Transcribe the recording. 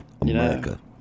America